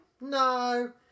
No